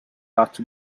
after